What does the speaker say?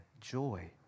joy